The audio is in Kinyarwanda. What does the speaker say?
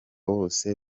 wose